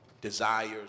desires